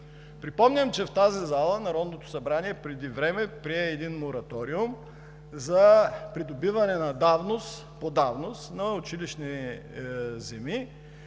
Припомням, че в тази зала Народното събрание преди време прие мораториум за придобиване по давност на училищни земи,